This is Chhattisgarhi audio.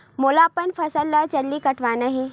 मोला अपन फसल ला जल्दी कटवाना हे?